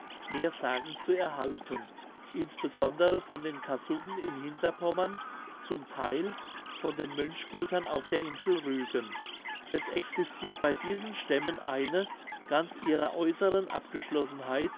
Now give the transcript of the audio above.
mehr sagen zu erhalten insbesondere von den cassuben in hinterpommern zum theil von den mönchgutern auf der insel rügen es existirt bei diesen stämmen eine ganz ihrer äußeren